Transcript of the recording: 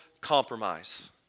compromise